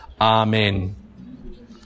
Amen